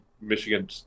Michigan